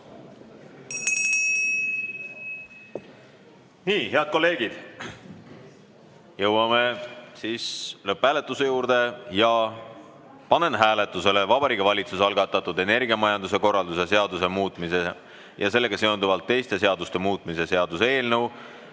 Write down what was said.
Head kolleegid, oleme jõudnud lõpphääletuse juurde. Panen hääletusele Vabariigi Valitsuse algatatud energiamajanduse korralduse seaduse muutmise ja sellega seonduvalt teiste seaduste muutmise seaduse eelnõu